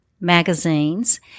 magazines